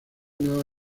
nueva